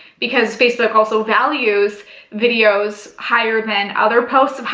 because facebook also values videos higher than other posts,